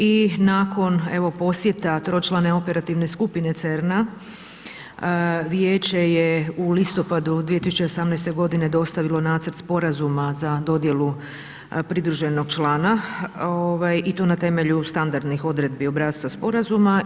I nakon evo posjeta tročlane operativne skupine CERN-a vijeće je u listopadu 2018. dostavilo nacrt sporazuma za dodjelu pridruženog člana i to na temelju standardnih odredbi obrasca sporazuma.